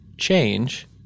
Change